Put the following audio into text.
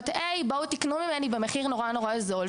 היי בואו תקנו ממני במחיר נורא נורא זול,